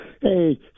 Hey